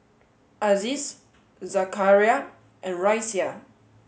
Aziz Zakaria and Raisya